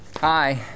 Hi